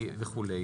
וכו'.